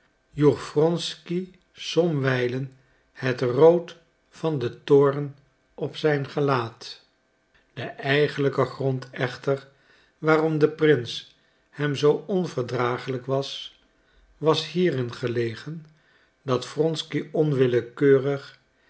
joeg wronsky somwijlen het rood van den toorn op het gelaat de eigenlijke grond echter waarom de prins hem zoo onverdragelijk was was hierin gelegen dat wronsky onwillekeurig